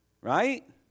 Right